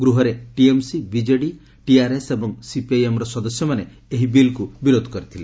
ଗୃହରେ TMC BJD TRS ଏବଂ ସିପିଆଇଏମ୍ର ସଦସ୍ୟମାନେ ଏହି ବିଲ୍କୁ ବିରୋଧ କରିଥିଲେ